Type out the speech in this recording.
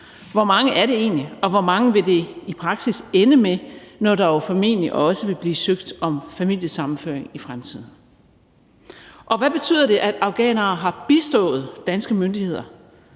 Hvor mange er det egentlig? Og hvor mange vil det i praksis ende med, når der jo formentlig også vil blive søgt om familiesammenføring i fremtiden? Og hvad betyder det, at afghanere har bistået danske myndigheder?